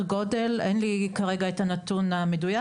אין לי כרגע את הנתון המדויק.